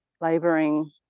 laboring